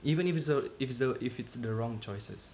even if it so if so if it's the wrong choices